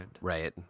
Right